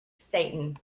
satan